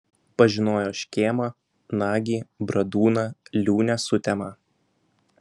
pažinojo škėmą nagį bradūną liūnę sutemą